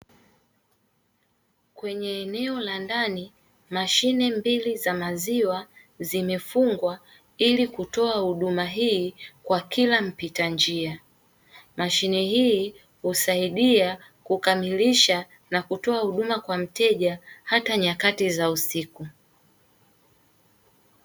Kwenye eneo la ndani mashine mbili za maziwa zimefungwa ili kutoa huduma hii kwa kila mpita njia, mashine hii husaidia kukamilisha na kutoa huduma kwa mteja hata nyakati za usiku.